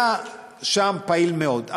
היה שם פעיל מאוד.